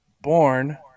born